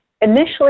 initially